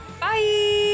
Bye